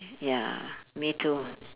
ya me too